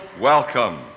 welcome